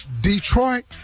Detroit